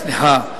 סליחה,